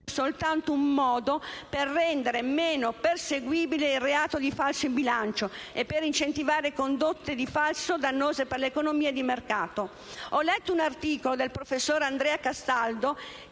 soltanto un modo per rendere meno perseguibile il reato di falso in bilancio e per incentivare condotte di falso dannose per l'economia di mercato. Ho letto un articolo del professor Andrea Castaldo